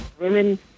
women